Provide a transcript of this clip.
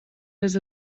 les